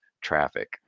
traffic